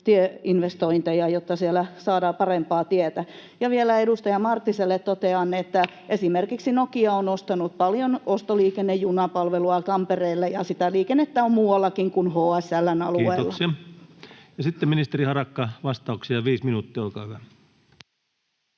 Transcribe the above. tieinvestointeja, jotta siellä saadaan parempaa tietä. Ja vielä edustaja Marttiselle totean, että esimerkiksi Nokia on ostanut paljon ostoliikennejunapalvelua Tampereelle, ja sitä liikennettä on muuallakin kuin HSL:n alueella. [Speech 543] Speaker: Ensimmäinen varapuhemies Antti Rinne